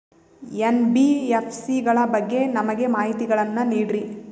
NBFC ಗಳ ಬಗ್ಗೆ ನಮಗೆ ಮಾಹಿತಿಗಳನ್ನ ನೀಡ್ರಿ?